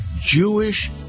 Jewish